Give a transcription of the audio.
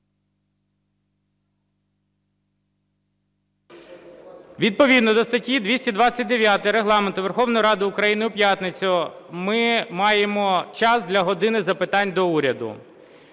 Відповідно до статті 229 Регламенту Верховної Ради України у п'ятницю ми маємо час для "години запитань до Уряду".